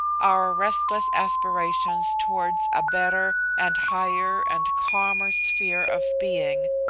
our restless aspirations towards a better, and higher, and calmer, sphere of being,